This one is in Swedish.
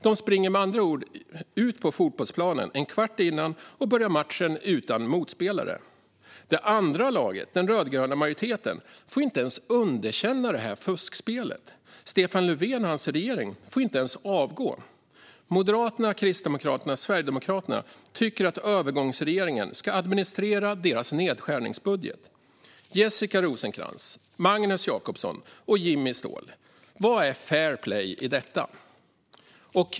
De springer med andra ord ut på fotbollsplanen en kvart tidigt och börjar matchen utan motspelare. Det andra laget, det vill säga den rödgröna majoriteten, får inte ens underkänna det här fuskspelet. Stefan Löfven och hans regering får inte ens avgå. Moderaterna, Kristdemokraterna och Sverigedemokraterna tycker att övergångsregeringen ska administrera deras nedskärningsbudget. Jessica Rosencrantz, Magnus Jacobsson och Jimmy Ståhl! Vad är fair play i detta?